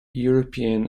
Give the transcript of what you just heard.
european